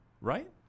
right